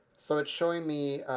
so it's showing me